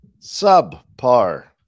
subpar